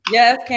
Yes